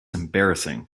embarrassing